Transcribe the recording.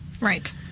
Right